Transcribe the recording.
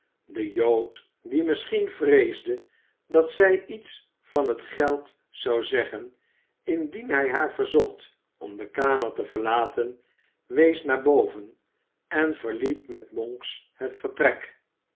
de jood die misschien vreesde dat zij iets van het geld zou zeggen indien hij haar verzocht om de kamer te verlaten wees naar boven en verliet met monks het vertrek